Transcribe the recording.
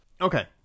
okay